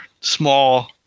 small